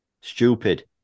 Stupid